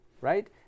right